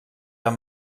amb